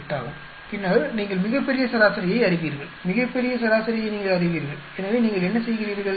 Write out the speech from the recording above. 8 ஆகும் பின்னர் நீங்கள் மிகப் பெரிய சராசரியை அறிவீர்கள் மிகப் பெரிய சராசரியை நீங்கள் அறிவீர்கள் எனவே நீங்கள் என்ன செய்கிறீர்கள்